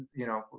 you know,